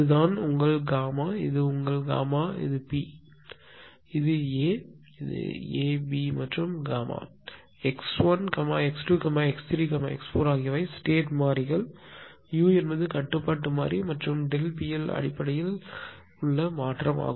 இது இது தான் இது உங்கள் காமா இது உங்கள் காமா இது பி இது A A B மற்றும் Γ x1 x2 x3 x4 ஆகியவை ஸ்டேட் மாறிகள் u என்பது கட்டுப்பாட்டு மாறி மற்றும் ΔP L அடிப்படையில் அமைப்பில் உள்ள மாற்றம்